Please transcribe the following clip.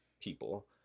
people